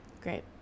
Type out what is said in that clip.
Great